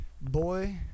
Boy